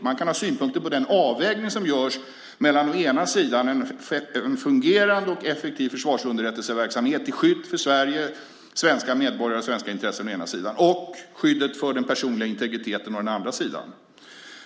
Man kan ha synpunkter på den avvägning som görs mellan en fungerande och effektiv försvarsunderrättelseverksamhet till skydd för Sverige, svenska medborgare och svenska intressen å ena sidan och skyddet för den personliga integriteten å andra sidan.